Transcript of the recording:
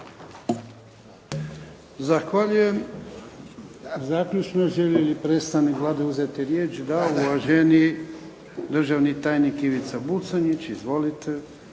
Zahvaljujem. Zaključno. Želi li predstavnik Vlade uzeti riječ? Da. Uvaženi državni tajnik Ivica Buconjić. Izvolite.